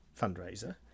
fundraiser